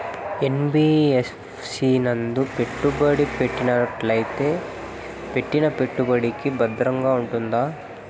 NBFC నందు పెట్టుబడి పెట్టినట్టయితే పెట్టిన పెట్టుబడికి భద్రంగా ఉంటుందా?